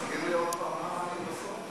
תגיד לי עוד הפעם למה אני בסוף?